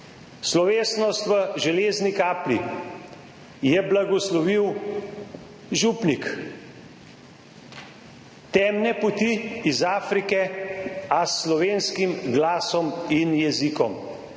Slovesnost v Železni Kapli je blagoslovil župnik temne polti, iz Afrike, a s slovenskim glasom in jezikom.